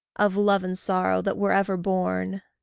of love and sorrow that were ever born.